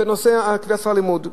בנושא קביעת שכר הלימוד.